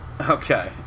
Okay